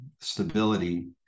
stability